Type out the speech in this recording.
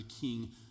King